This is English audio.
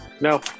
No